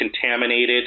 contaminated